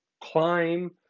climb